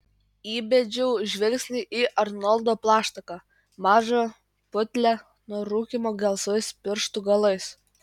įbedžiau žvilgsnį į arnoldo plaštaką mažą putlią nuo rūkymo gelsvais pirštų galais